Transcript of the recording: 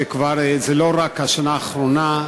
שזה כבר לא רק השנה האחרונה,